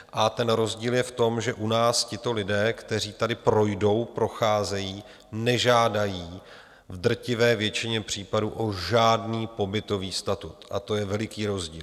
A rozdíl je v tom, že u nás tito lidé, kteří tady projdou, procházejí, nežádají v drtivé většině případů o žádný pobytový statut, a to je veliký rozdíl.